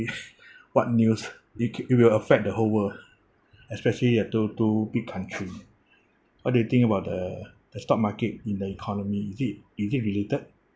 what news it k~ it will affect the whole world especially uh two two big countries what do you think about the the stock market in the economy is it is it related